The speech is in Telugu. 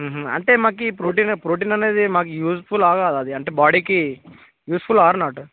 అంటే మాకు ప్రోటీన్ ప్రోటీన్ అనేది మాకు యూజ్ఫులా కాదా అది అంటే బాడీకి యూజ్ఫుల్ ఆర్ నాట్